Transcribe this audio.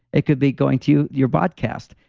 it could be going to your podcast.